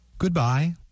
Goodbye